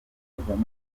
kagame